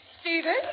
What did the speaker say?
Stephen